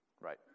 Right